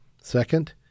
Second